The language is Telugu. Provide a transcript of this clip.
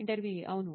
ఇంటర్వ్యూఈ అవును